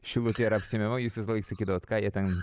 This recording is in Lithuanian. šilutė yra apsemiama jūs visąlaik sakydavot ką jie ten